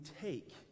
take